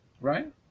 Right